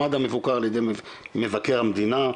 מד”א מבוקר על ידי מבקר המדינה,